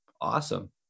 Awesome